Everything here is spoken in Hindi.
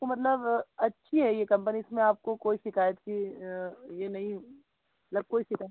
तो मतलब अच्छी है यह कम्पनी इसमें आपको कोई शिकायत की यह नहीं मतलब कोई शिकायत